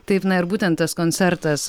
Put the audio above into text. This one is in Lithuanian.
taip na ir būtent tas koncertas